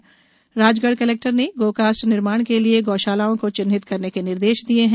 ड्ण Rajgarh collector ने गौकास्ट निर्माण के लिए गौशालाओं को चिन्हित करने के निर्देश दिए हैं